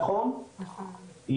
נכון,